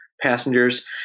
Passengers